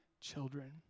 children